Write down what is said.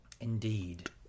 Indeed